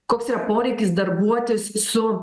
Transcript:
koks yra poreikis darbuotis su